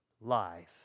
life